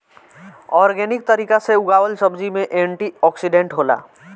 organic तरीका से उगावल सब्जी में एंटी ओक्सिडेंट होला